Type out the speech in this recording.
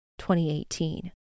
2018